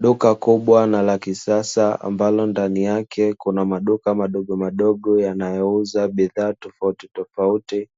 Duka kubwa na la kisasa ambalo ndani yake kuna maduka madogo madogo, yanayouza bidhaa tofautitofauti.